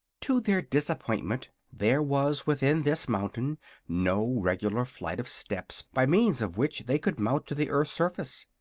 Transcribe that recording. to their disappointment there was within this mountain no regular flight of steps by means of which they could mount to the earth's surface.